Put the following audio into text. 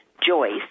Joyce